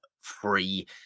free